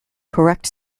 correct